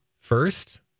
First